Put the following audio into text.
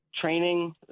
training